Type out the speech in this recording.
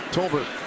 Tolbert